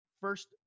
first